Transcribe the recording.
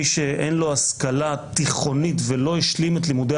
מי שאין לו השכלה תיכונית ולא השלים את לימודי